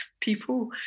people